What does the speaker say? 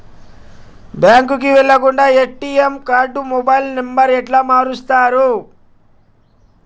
బ్యాంకుకి వెళ్లకుండా ఎ.టి.ఎమ్ కార్డుతో మొబైల్ నంబర్ ఎట్ల మారుస్తరు?